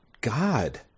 God